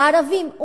הערבים,